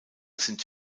sind